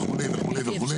וכו' וכו' וכו'.